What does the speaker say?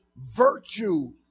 virtue